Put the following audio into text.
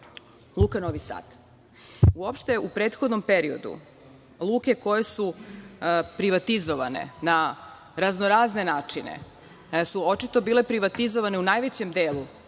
Luka Novi Sad. Uopšte u prethodnom periodu luke koje su privatizovane na raznorazne načine su očito bile privatizovane u najvećem delu,